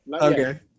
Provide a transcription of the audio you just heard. Okay